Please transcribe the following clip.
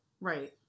right